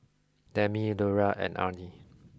Demi Lura and Arnie